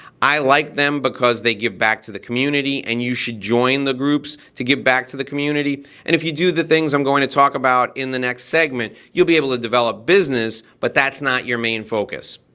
i like them because they give back to the community and you should join the groups to give back to the community and if you do the things i'm going to talk about in the next segment, you'll be able to develop business, but that's not your main focus.